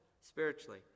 spiritually